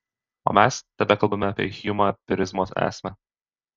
o mes tebekalbame apie hjumo empirizmo esmę